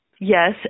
Yes